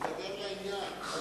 ידבר לעניין.